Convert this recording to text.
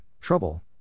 trouble